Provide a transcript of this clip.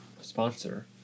sponsor